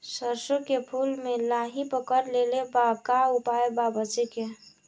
सरसों के फूल मे लाहि पकड़ ले ले बा का उपाय बा बचेके?